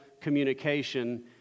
communication